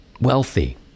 wealthy